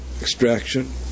extraction